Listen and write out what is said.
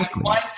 One